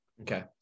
Okay